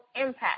impact